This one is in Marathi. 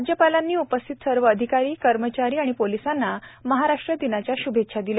राज्यपालांनी उपस्थित सर्व अधिकारी कर्मचारी व पोलिसांना महाराष्ट्र दिनाच्या श्भेच्छा दिल्या